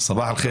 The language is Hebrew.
סבח אל ח'יר.